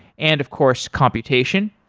and of course, computation.